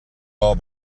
all